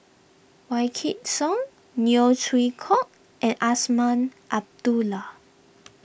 Wykidd Song Neo Chwee Kok and Azman Abdullah